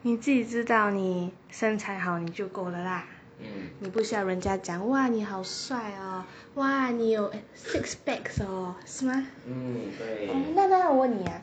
你自己知道你身材好你就够了啦你不人家讲 !wah! 你好帅哦 !wah! 你有 six bags 哦是吗哪哪我问 ah